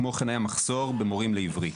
כמו כן היה מחסור במורים לעברית.